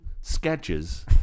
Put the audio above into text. sketches